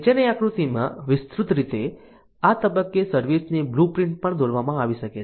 નીચેની આકૃતિમાં વિસ્તૃત રીતે આ તબક્કે સર્વિસ ની બ્લુપ્રિન્ટ પણ દોરવામાં આવી શકે છે